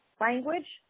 language